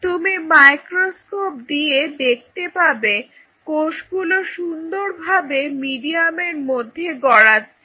তুমি মাইক্রোস্কোপ দিয়ে দেখতে পাবে কোষগুলো সুন্দরভাবে মিডিয়ামের মধ্যে গড়াচ্ছে